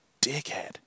dickhead